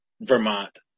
Vermont